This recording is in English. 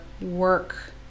work